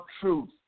truth